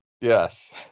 Yes